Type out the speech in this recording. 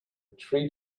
tree